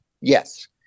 Yes